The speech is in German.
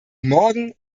morgen